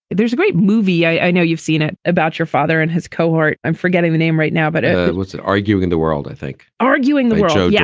there's a great movie i know you've seen it about your father and his cohort. i'm forgetting the name right now, but it was arguing the world, i think arguing the. so yeah.